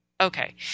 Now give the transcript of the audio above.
Okay